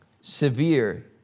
severe